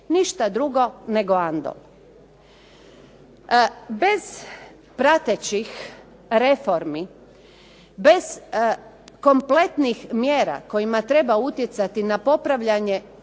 ništa drugo nego Andol. Bez pratećih reformi, bez kompletnih mjera kojima treba utjecati na popravljanje